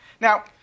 Now